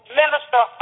minister